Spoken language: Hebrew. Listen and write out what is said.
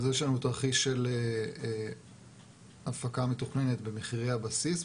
אז יש לנו תרחיש של הפקה מתוכננת במחירי הבסיס,